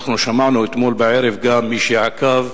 מי שעקב,